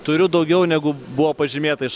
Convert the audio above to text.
turiu daugiau negu buvo pažymėta iš